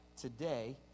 today